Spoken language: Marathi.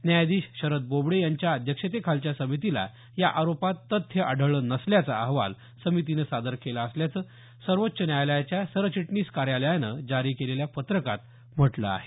न्यायाधीश शरद बोबडे यांच्या अध्यक्षतेखालच्या समितीला या आरोपात तथ्य आढळलं नसल्याचा अहवाल समितीनं सादर केला असल्याचं सर्वोच्च न्यायालयाच्या सरचिटणीस कार्यालयानं जारी केलेल्या पत्रकात म्हटलं आहे